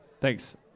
Thanks